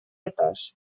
этаж